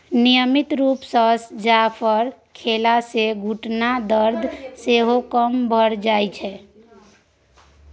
नियमित रुप सँ जाफर खेला सँ घुटनाक दरद सेहो कम भ जाइ छै